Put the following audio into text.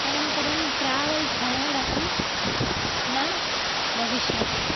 अनन्तरं travel tired अपि न भविष्यति